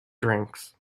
drinks